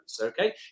Okay